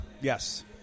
Yes